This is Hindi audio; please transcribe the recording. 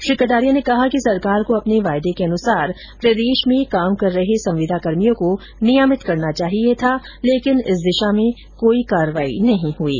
श्री कटारिया ने कहा कि सरकार को अपने वादे के अनुसार प्रदेश में काम कर रहे संविदाकर्मियों को नियमित करना चाहिए था लेकिन इस दिशा में कोई कार्रवाई नहीं हुई है